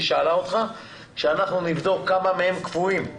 אנחנו נבדוק כמה מהם קבועים.